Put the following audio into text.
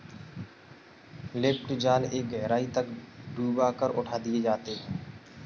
lift जाल एक गहराई तक डूबा कर उठा दिए जाते हैं